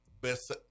best